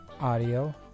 Audio